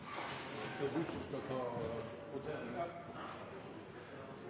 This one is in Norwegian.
er den eine forelderen som her